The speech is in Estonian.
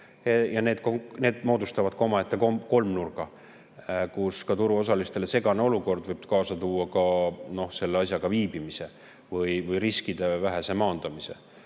Need moodustavad omaette kolmnurga, kus ka turuosalistele segane olukord võib kaasa tuua selle asjaga viibimise või riskide vähese maandamise.